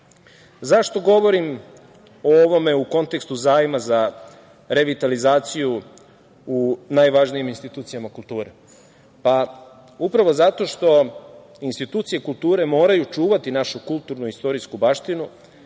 Zašto govorim o ovome u kontekstu zajma za revitalizaciju u najvažnijim institucijama kulture? Upravo zato što institucije kulture moraju čuvati našu kulturnu i istorijsku baštinu,